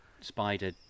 spider